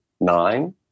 nine